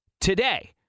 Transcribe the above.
today